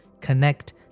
connect